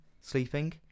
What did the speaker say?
sleeping